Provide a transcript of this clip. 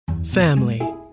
Family